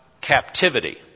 captivity